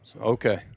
Okay